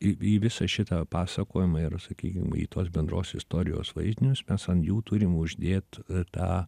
į į visą šitą pasakojimą ir sakykim į tuos bendros istorijos vaizdinius mes ant jų turim uždėt tą